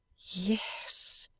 yes!